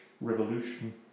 Revolution